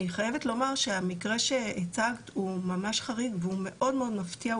אני חייבת לומר שהמקרה שהצגת הוא ממש חריג והוא מאוד מאוד מפתיע,